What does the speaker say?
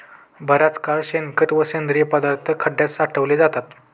बराच काळ शेणखत व सेंद्रिय पदार्थ खड्यात साठवले जातात